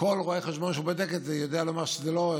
כל רואה חשבון שבודק את זה יודע לומר שלא.